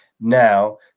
Now